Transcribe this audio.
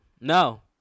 no